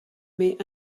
mais